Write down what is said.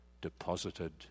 deposited